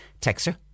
texter